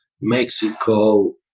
Mexico